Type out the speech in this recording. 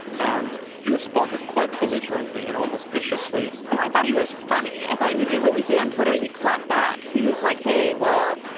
and he responded quite belligerently and almost viciously. so i thought he was funny. i thought he did what we say on twitter he clapped back. he was like, hey, well.